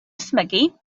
ysmygu